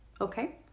Okay